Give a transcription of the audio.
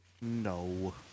No